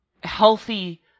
healthy